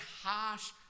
harsh